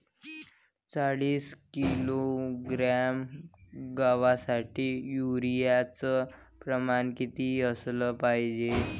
चाळीस किलोग्रॅम गवासाठी यूरिया च प्रमान किती असलं पायजे?